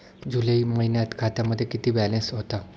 जुलै महिन्यात खात्यामध्ये किती बॅलन्स होता?